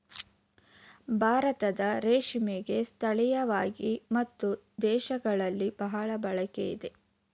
ಭಾರತದ ರೇಷ್ಮೆಗೆ ಸ್ಥಳೀಯವಾಗಿ ಮತ್ತು ದೇಶಗಳಲ್ಲಿ ಬಹಳ ಬೇಡಿಕೆ ಇದೆ